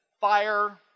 fire